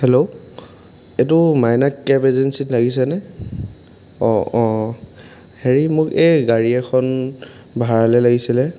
hello এইটো Maina cab এজেঞ্চিত লাগিছেনে অঁ অঁ হেৰি মোক এই গাড়ী এখন ভাড়ালৈ লাগিছিলে